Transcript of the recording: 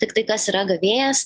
tiktai kas yra gavėjas